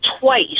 twice